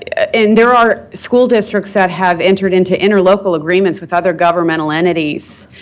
and there are school district that have entered into interlocal agreements with other governmental entities,